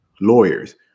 lawyers